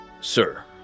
Sir